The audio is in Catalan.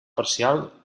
parcial